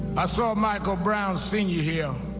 i saw michael brown sr. here